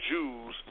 Jews